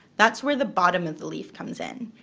that's where the bottom of the leaf comes in.